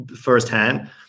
firsthand